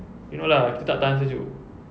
you know lah kita tak tahan sejuk